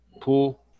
pool